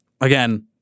again